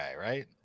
right